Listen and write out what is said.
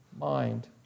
mind